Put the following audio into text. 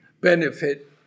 benefit